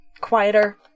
quieter